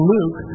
Luke